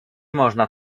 można